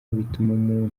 bituma